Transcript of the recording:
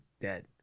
dead